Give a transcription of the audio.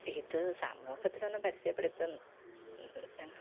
ഇത് സമൂഹത്തിൽ ഒന്നും പരസ്യപ്പെടുത്ത്